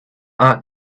art